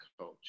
coach